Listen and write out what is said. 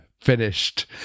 finished